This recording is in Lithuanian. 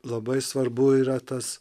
labai svarbu yra tas